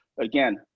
Again